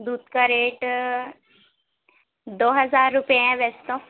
دودھ کا ریٹ دو ہزار روپئے ہیں ویسے تو